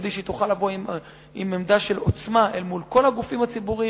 כדי שהיא תוכל לבוא עם עמדה של עוצמה אל מול כל הגופים הציבוריים,